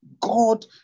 God